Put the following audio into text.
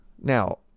Now